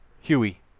Huey